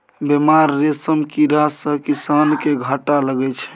बेमार रेशम कीड़ा सँ किसान केँ घाटा लगै छै